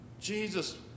Jesus